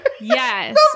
Yes